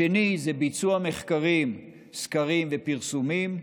השני, ביצוע מחקרים, סקרים ופרסומים,